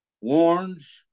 warns